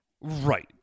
Right